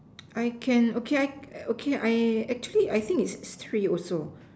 I can okay I okay I actually think it's three also